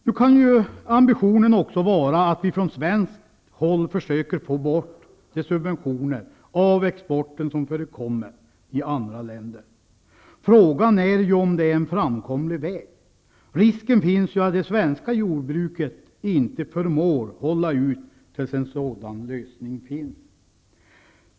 Det kan också vara en ambition att vi från svenskt håll försöker få bort de subventioner av exporten som förekommer i andra länder. Men frågan är om det är en framkomlig väg. Risken finns ju att det svenska jordbruket inte förmår hålla ut fram till dess att en sådan lösning finns.